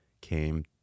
came